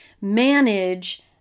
manage